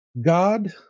God